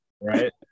right